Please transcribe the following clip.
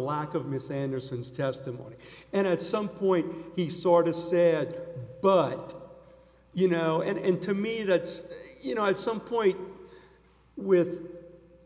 lack of miss anderson's testimony and at some point he sort of said but you know and to me that's you know at some point with